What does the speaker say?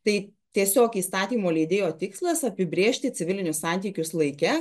tai tiesiog įstatymo leidėjo tikslas apibrėžti civilinius santykius laike